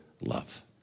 love